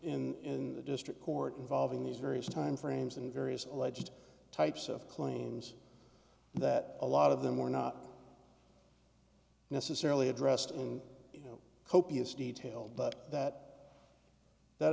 in the district court involving these various timeframes and various alleged types of claims that a lot of them were not necessarily addressed in you know copious detail but that that